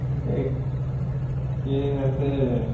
एह् केह् आखदे